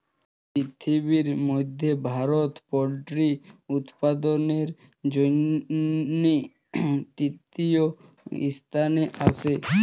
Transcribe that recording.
পিরথিবির ম্যধে ভারত পোলটিরি উৎপাদনের জ্যনহে তীরতীয় ইসথানে আসে